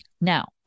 Now